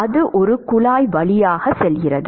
அது ஒரு குழாய் வழியாக செல்கிறது